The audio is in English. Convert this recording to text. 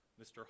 Mr